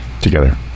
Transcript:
together